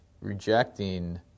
rejecting